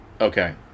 Okay